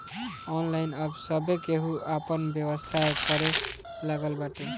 online अब सभे केहू आपन व्यवसाय करे लागल बाटे